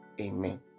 Amen